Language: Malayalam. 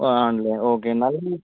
ഓ ആണല്ലേ ഓക്കേ എന്നാൽ